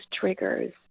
triggers